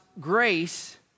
grace